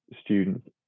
students